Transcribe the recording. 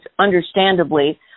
understandably